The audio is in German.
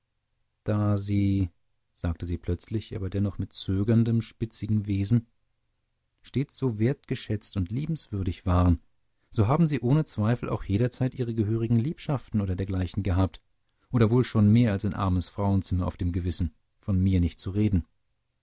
da sie sagte sie plötzlich aber dennoch mit zögerndem spitzigen wesen stets so wertgeschätzt und liebenswürdig waren so haben sie ohne zweifel auch jederzeit ihre gehörigen liebschaften oder dergleichen gehabt und wohl schon mehr als ein armes frauenzimmer auf dem gewissen von mir nicht zu reden